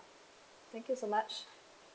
thank you so much